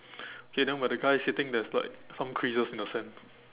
okay then where the guy is sitting there's like some creases in the sand